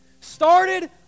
started